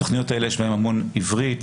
בתכניות האלה יש המון עברית,